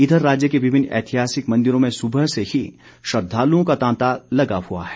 इधर राज्य के विभिन्न ऐतिहासिक मंदिरों में सुबह से ही श्रद्वालुओं का तांता लगा हुआ है